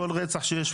כל רצח שקורה,